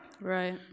Right